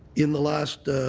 in the last